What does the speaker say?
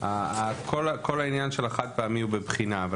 כל העניין של החד-פעמי הוא בבחינה אבל